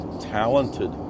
talented